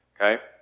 Okay